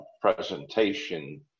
presentation